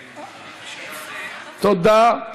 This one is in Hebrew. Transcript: תודה.